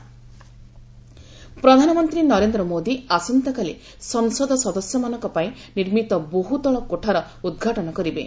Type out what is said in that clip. କୋଠା ଉଦ୍ଘାଟନ ପ୍ରଧାନମନ୍ତ୍ରୀ ନରେନ୍ଦ୍ର ମୋଦୀ ଆସନ୍ତାକାଲି ସଂସଦ ସଦସ୍ୟମାନଙ୍କ ପାଇଁ ନିର୍ମିତ ବହୁତଳ କୋଠାର ଉଦ୍ଘାଟନ କରିବେ